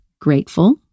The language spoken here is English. grateful